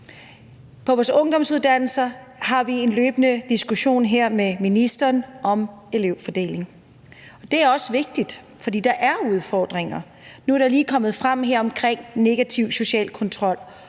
På ungdomsuddannelsesområdet har vi en løbende diskussion her med ministeren om elevfordeling. Det er også vigtigt, fordi der er udfordringer. Nu er det lige kommet frem omkring negativ social kontrol,